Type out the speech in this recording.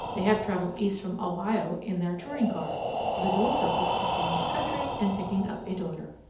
they have traveled east from ohio in their touring car for the dual purpose of seeing the country and picking up a daughter.